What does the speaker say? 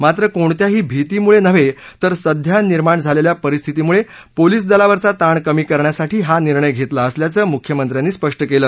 मात्र कोणत्याही भीतीमुळे नव्हे तर सध्या निर्माण झालेल्या परिस्थितीमुळे पोलिस दलावरचा ताण कमी करण्यासाठी हा निर्णय घेतला असल्याचं मुख्यमंत्र्यांनी स्पष्ट केलं